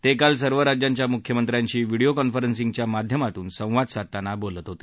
ते काल सर्व राज्यांच्या मुख्यमंत्र्यांशी व्हिडीओ कॉन्फरन्सिंगच्या माध्यमातून संवाद साधताना बोलत होते